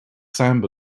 samba